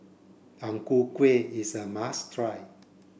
Ang Ku Kueh is a must try